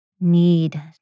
need